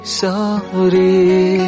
sorry